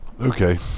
okay